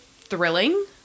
thrilling